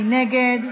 מי נגד?